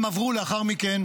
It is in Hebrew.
הם עברו לאחר מכן